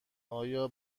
آیا